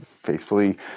faithfully